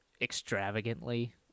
extravagantly